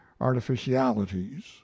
artificialities